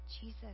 Jesus